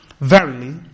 verily